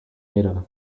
ada